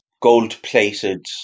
gold-plated